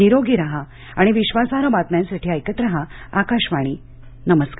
निरोगी राहा आणि विश्वासार्ह बातम्यांसाठी ऐकत राहा आकाशवाणी नमस्कार